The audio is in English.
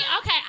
okay